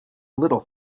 little